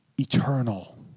eternal